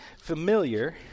familiar